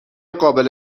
قابل